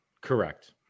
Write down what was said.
Correct